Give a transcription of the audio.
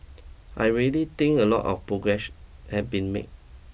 I really think a lot of progress has been make